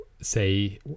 say